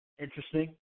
Interesting